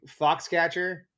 Foxcatcher